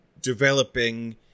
developing